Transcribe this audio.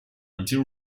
until